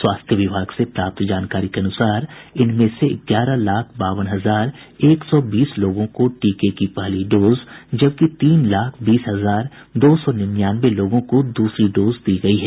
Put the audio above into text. स्वास्थ्य विभाग से प्राप्त जानकारी के अनुसार इनमें से ग्यारह लाख बावन हजार एक सौ बीस लोगों को टीके की पहली डोज जबकि तीन लाख बीस हजार दो सौ निन्यानवे लोगों को दूसरी डोज दी गयी है